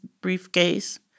briefcase